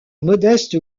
modeste